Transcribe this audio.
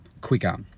quicker